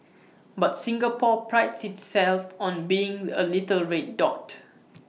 but Singapore prides itself on being A little red dot